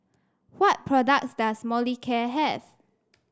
what products does Molicare have